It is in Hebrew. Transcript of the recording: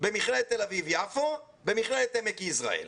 במכללת תל אביב-יפו, במכללת עמק יזרעאל.